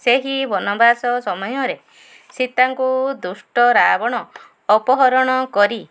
ସେହି ବନବାସ ସମୟରେ ସୀତାଙ୍କୁ ଦୁଷ୍ଟ ରାବଣ ଅପହରଣ କରି